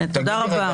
תודה רבה.